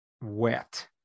wet